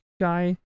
guy